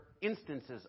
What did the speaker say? instances